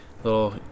little